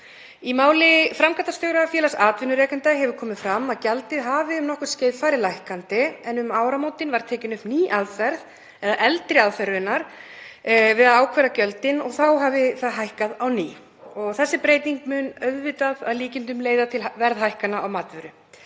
Í máli framkvæmdastjóra Félags atvinnurekenda hefur komið fram að gjaldið hafi um nokkurt skeið farið lækkandi, en um áramótin var tekin upp ný aðferð, eða raunar eldri, við að ákvarða gjöldin og þá hafi það hækkað á ný. Þessi breyting mun auðvitað að líkindum leiða til verðhækkana á matvöru.